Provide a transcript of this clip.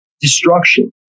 destruction